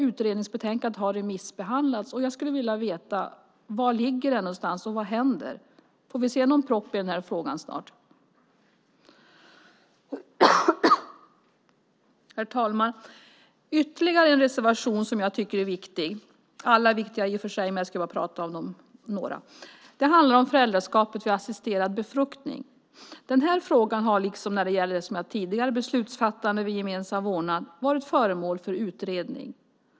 Utredningsbetänkandet har remissbehandlats, och jag skulle vilja veta var det ligger och vad som händer. Får vi se en proposition om frågan snart? Herr talman! Det är ytterligare en reservation som är viktig - alla är i och för sig viktiga, men jag ska prata om bara några. Den handlar om föräldraskapet vid assisterad befruktning. Den frågan har liksom när det gäller beslutsfattande vid gemensam vårdnad varit föremål för utredning.